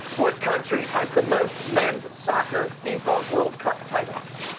what country has the most men's soccer fifa world cup titles?